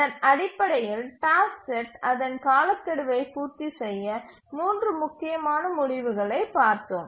அதன் அடிப்படையில் task set அதன் காலக்கெடுவை பூர்த்திசெய்ய 3 முக்கியமான முடிவுகளைப் பார்த்தோம்